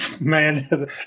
Man